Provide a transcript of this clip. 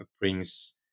brings